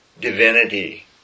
divinity